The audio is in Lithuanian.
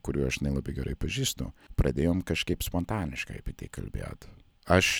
kurių aš nelabai gerai pažįstu pradėjom kažkaip spontaniškai apie tai kalbėt aš